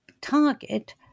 target